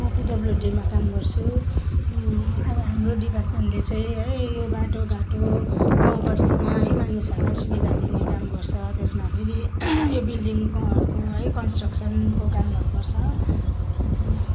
म पिडब्ल्युडीमा काम गर्छु म अब हाम्रो डिपार्टमेन्टले चाहिँ है यो बाटोघाटो गाउँबस्तीमा है मानिसहरूलाई सुविधा दिने काम गर्छ त्यसमा फेरि यो बिल्डिङ्गको है कन्सट्रक्सनको कामहरू गर्छ त्यति नै हो